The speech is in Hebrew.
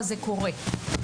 קורה?